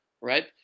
right